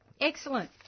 excellent